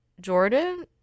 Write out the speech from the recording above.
Jordan